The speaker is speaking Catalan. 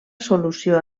solució